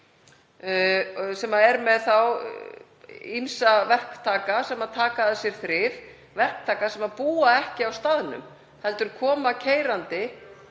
er þá með ýmsa verktaka sem taka að sér þrif, verktaka sem búa ekki á staðnum heldur koma keyrandi